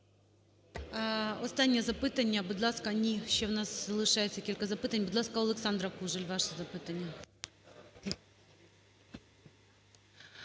Останнє запитання. Будь ласка… Ні. Ще в нас залишається кілька запитань. Будь ласка, Олександра Кужель, ваше запитання.